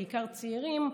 בעיקר צעירים,